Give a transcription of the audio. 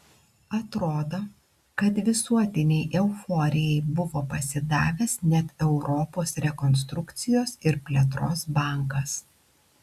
atrodo kad visuotinei euforijai buvo pasidavęs net europos rekonstrukcijos ir plėtros bankas